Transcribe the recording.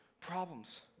Problems